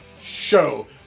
Show